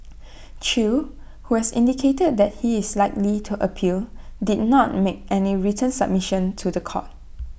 chew who has indicated that he is likely to appeal did not make any written submission to The Court